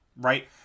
right